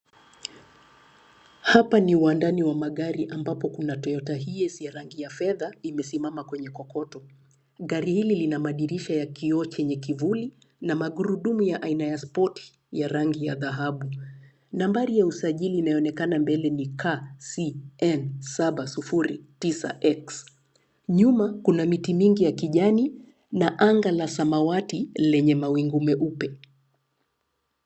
Hapa ni uwandani wa magari ambapo kuna Toyota Hiace ya rangi ya fedha imesimama kwenye kokoto. Gari hili lina madirisha ya kioo chenye kivuli na magurudumu ya aina ya sport ya rangi ya dhahabu. Nambari ya usajili inayoonekana mbele ni KCN 709X . Nyuma kuna miti mingi ya kijani na anga la samawati lenye mawingu meupe.